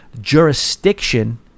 jurisdiction